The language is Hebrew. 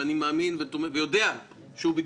אני מאמין ויודע שהוא,